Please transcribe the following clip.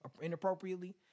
inappropriately